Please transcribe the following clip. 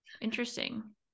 interesting